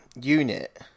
unit